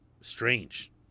strange